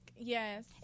Yes